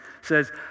says